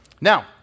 Now